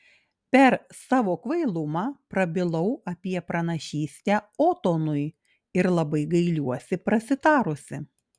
per savo kvailumą prabilau apie pranašystę otonui ir labai gailiuosi prasitarusi